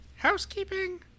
housekeeping